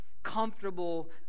Comfortable